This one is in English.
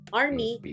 army